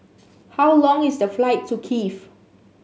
how long is the flight to Kiev